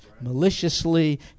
maliciously